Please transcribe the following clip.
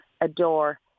adore